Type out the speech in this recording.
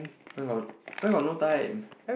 why got why got no time